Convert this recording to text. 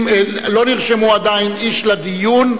לא נרשם עדיין איש לדיון.